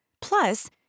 Plus